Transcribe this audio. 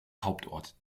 hauptort